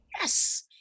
yes